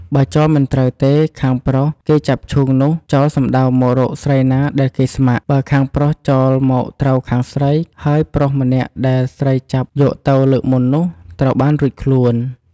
បើចោលមិន ត្រូវទេ ខាងប្រុសគេចាប់ឈូងនោះចោលសំដៅមករកស្រីណាដែលគេស្ម័គ្រ បើខាងប្រុសចោលមកត្រូវខាងស្រី ហើយ ប្រុសម្នាក់ដែលស្រីចាប់យកទៅលើកមុននោះ ត្រូវបានរួចខ្លួន។